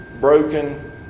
broken